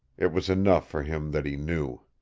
it was enough for him that he knew.